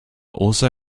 also